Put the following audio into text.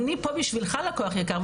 אני פה בשבילך לקוח יקר,